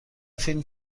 فیلم